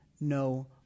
no